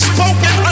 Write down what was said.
Spoken